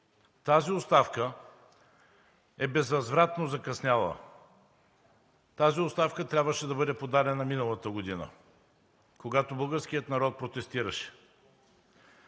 Тази оставка е безвъзвратно закъсняла. Тази оставка трябваше да бъде подадена миналата година, когато българският народ протестираше.